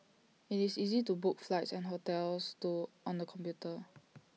IT is easy to book flights and hotels to on the computer